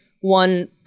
one